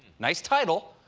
nice title.